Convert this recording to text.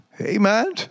Amen